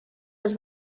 els